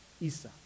Isa